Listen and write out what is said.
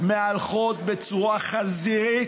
בצורה חזירית,